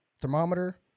thermometer